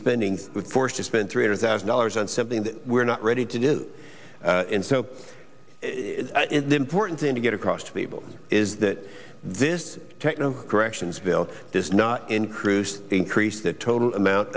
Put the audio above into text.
spending forced to spend three hundred thousand dollars on something that we're not ready to do in so the important thing to get across to people is that this techno corrections bill does not in cruise increase the total amount